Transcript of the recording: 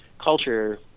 culture